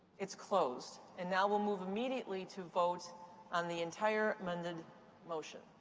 it's closed, and now we'll move immediately to vote on the entire amended motion.